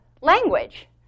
language